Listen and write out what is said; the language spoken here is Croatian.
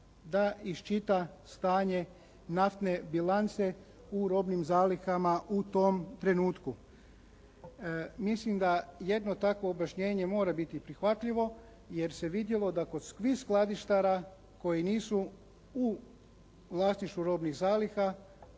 da iščita stanje naftne bilance u robnim zalihama u tom trenutku. Mislim da jedno takvo objašnjenje mora biti prihvatljivo jer se vidjelo da kod svih skladištara koji nisu u vlasništvu robnih zaliha